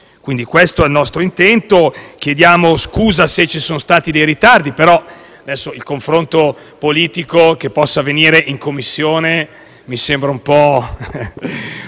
Questo è il nostro intento. Chiediamo scusa se ci sono stati dei ritardi, ma che il confronto politico possa avvenire in Commissione mi sembra un po'